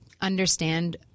understand